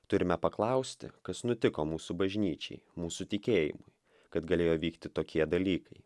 turime paklausti kas nutiko mūsų bažnyčiai mūsų tikėjimui kad galėjo vykti tokie dalykai